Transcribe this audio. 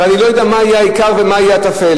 ואני לא יודע מה יהיה העיקר ומה יהיה הטפל.